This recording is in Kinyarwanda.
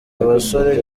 abasore